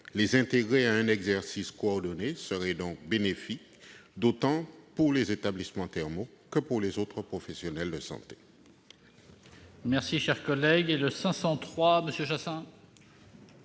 Les intégrer à un exercice coordonné serait donc bénéfique tant pour les établissements thermaux que pour les autres professionnels de santé.